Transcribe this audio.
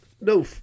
no